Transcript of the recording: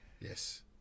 Yes